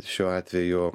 šiuo atveju